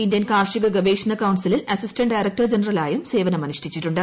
Indian കാർഷിക ഗവേഷണ കൌൺസിലിൽ ഐസിഎആർ അസിസ്റ്റന്റ് ഡയറക്ടർ ജനറലായും സേവനമനുഷ്ടിച്ചിട്ടുണ്ട്